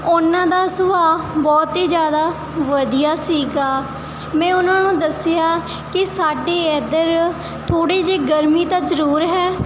ਉਹਨਾਂ ਦਾ ਸੁਭਾਅ ਬਹੁਤ ਹੀ ਜ਼ਿਆਦਾ ਵਧੀਆ ਸੀਗਾ ਮੈਂ ਉਹਨਾਂ ਨੂੰ ਦੱਸਿਆ ਕਿ ਸਾਡੇ ਇੱਧਰ ਥੋੜ੍ਹੀ ਜਿਹੀ ਗਰਮੀ ਤਾਂ ਜ਼ਰੂਰ ਹੈ